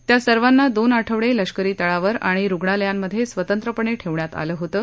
त्या सर्वांना दोन आठवडे लष्करी तळावर आणि रूग्णालयांमध्ये स्वतंत्रपणे ठेवण्यात आलं होतं